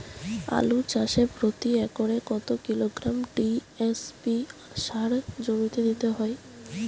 আলু চাষে প্রতি একরে কত কিলোগ্রাম টি.এস.পি সার জমিতে দিতে হয়?